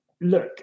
Look